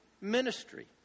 ministry